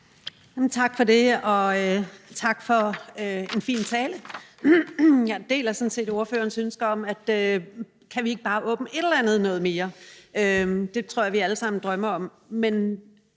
Tak for det, og tak for en fin tale. Jeg deler sådan set ordførerens ønske i forhold til, om vi ikke bare kan åbne et eller andet noget mere – det tror jeg at vi alle sammen drømmer om.